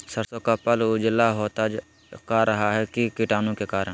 सरसो का पल उजला होता का रहा है की कीटाणु के करण?